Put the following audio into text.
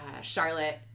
Charlotte